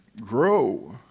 grow